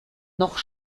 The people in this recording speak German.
noch